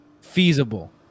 feasible